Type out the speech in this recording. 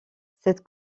cette